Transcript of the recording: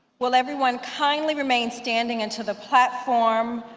will everyone kindly remain standing until the platform,